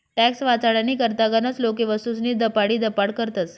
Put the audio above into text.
tax वाचाडानी करता गनच लोके वस्तूस्नी दपाडीदपाड करतस